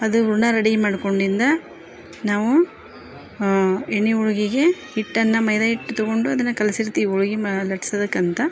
ಅದು ಹೂರ್ಣ ರೆಡಿ ಮಾಡ್ಕೊಂಡಿಂದ ನಾವು ಎಣ್ಣೆ ಹೋಳ್ಗಿಗೆ ಹಿಟ್ಟನ್ನ ಮೈದಾ ಹೆಟ್ ತಗೊಂಡು ಅದನ್ನ ಕಲ್ಸಿರ್ತಿವಿ ಹೋಳಿಗಿ ಮಾ ಲಟ್ಸೋದಕ್ಕಂತ